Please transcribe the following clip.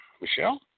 Michelle